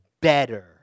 better